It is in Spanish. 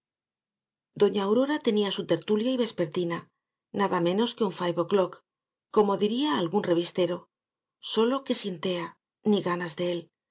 doña aurora tenía su tertulia y vespertina nada menos que un five oclock como diría algún revistero sólo que sin tea ni ganas de él